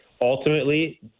ultimately